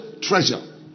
treasure